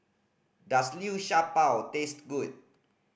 does Liu Sha Bao taste good